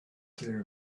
clear